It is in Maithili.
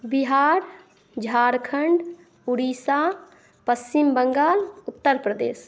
बिहार झारखण्ड उड़ीसा पश्चिम बंगाल उत्तर प्रदेश